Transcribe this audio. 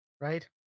right